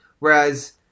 Whereas